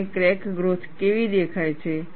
અને crack growth કેવી દેખાય છે